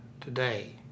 Today